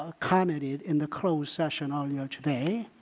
ah commented in the closed session earlier today,